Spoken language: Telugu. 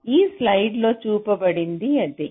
ఈ స్లయిడ్లో చూపబడింది ఇదే